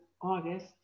August